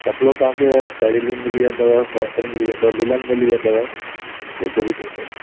कपिड़ो तव्हांखे टेरिलीनि मिली वेंदव कॉटन मिली वेंदव लिनन मिली वेंदव जेको बि चईंदव